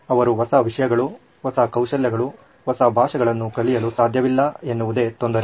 ಅವರು ಹೊಸ ವಿಷಯಗಳು ಹೊಸ ಕೌಶಲ್ಯಗಳು ಹೊಸ ಭಾಷೆಗಳನ್ನು ಕಲಿಯಲು ಸಾಧ್ಯವಿಲ್ಲ ಎನ್ನುವುದೇ ತೊಂದರೆ